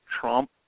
Trump